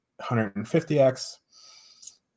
150X